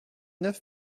neuf